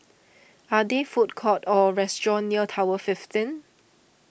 are there food courts or restaurants near Tower fifteen